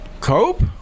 Cope